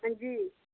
अंजी